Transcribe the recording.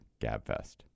GABFEST